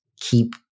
keep